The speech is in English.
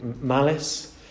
Malice